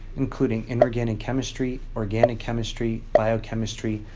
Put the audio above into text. including inorganic chemistry, organic chemistry, biochemistry,